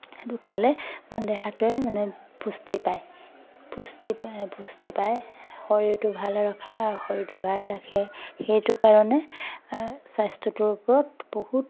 সেইবোৰ খালে মানে দেহাটোৱে মানে পুষ্টি পায় পুষ্টি পায় পুষ্টি পায় শৰীৰটো ভাল ৰখা শৰীৰটো ভাল ৰাখে সেইটো কাৰণে স্বাস্থ্যটোৰ ওপৰত বহুত